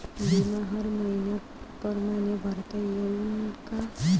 बिमा हर मइन्या परमाने भरता येऊन का?